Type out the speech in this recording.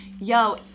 yo